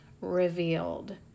revealed